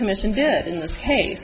commission did in the case